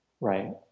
Right